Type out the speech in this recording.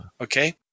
okay